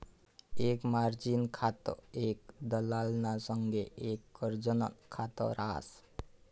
एक मार्जिन खातं एक दलालना संगे एक कर्जनं खात रास